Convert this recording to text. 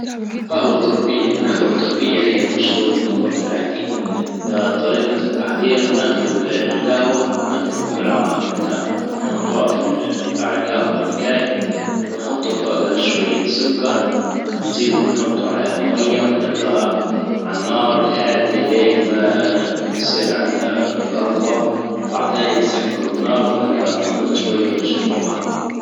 جهوة تركية الجهوة التركية هي المشروب المفضل عندي طريقة التحضير ناخدوا الجهوة ناخدوا ملعقة منها ونحطوها في الـ- متاع القهوة ديكاي ونحطوا فوجها شوية سكر ونزيدوا ونحطوا عليها مية ونخلوها عالنار الهادية لين ما يصير عندها الرغوة بعدين نسكروا النار ونخلوها تبرد شوية ونشربوها